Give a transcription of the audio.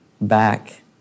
back